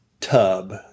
tub